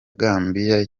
gambiya